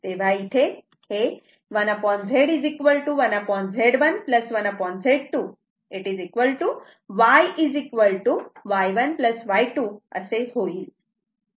तेव्हा इथे हे 1Z 1Z1 1 Z2 Y Y1 Y2 असे होईल